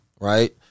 Right